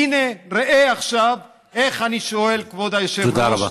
הינה, ראה עכשיו, איך אני שואל, כבוד היושב-ראש,